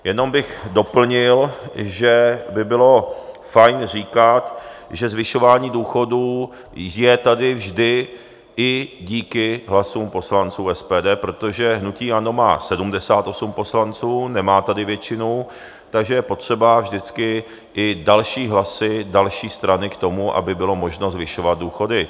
Jenom bych doplnil, že by bylo fajn říkat, že zvyšování důchodů je tady vždy i díky hlasům poslanců SPD, protože hnutí ANO má 78 poslanců, nemá tady většinu, takže je potřeba vždycky i další hlasy, další strany k tomu, aby bylo možno zvyšovat důchody.